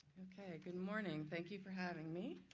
good morning. thank you for having me.